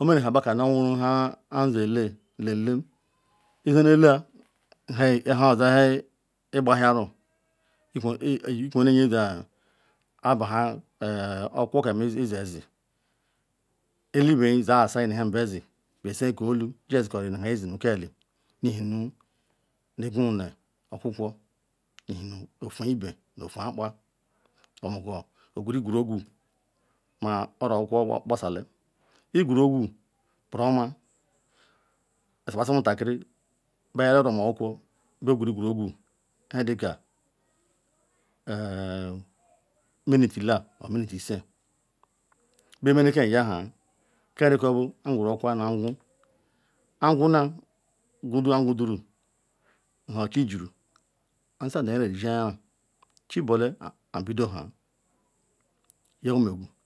oweru haba kanu oweru nhi aya ele nlemlem, izileele nu owenhe igbahiaru ikunrunye zabaha okwukwo kam iziezi ele-even za ahasa nu ham bezi bezi keolu jiye dikoriri nu ke eli ihena nu igwuna okwukwo ihe nu ofugbe nu otu akpa obuko ogurieqwurueqwu ma oro-okwukwo gbasali oqu rieqwu buruoma iziqbazi omutakiri bia oro-omuokwukwo bia equrieqwuru eqwu nhe dika minute la or ninute ise, bemekam yaha karikobu anqweru okwukwo anu anqwu, anqwula qwuduru kpo anqwuduru nu nha chijiru ansadayerieli shenayari, chibule abidoha yeomequ,